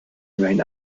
remains